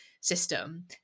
system